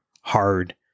hard